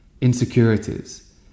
insecurities